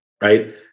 right